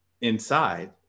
inside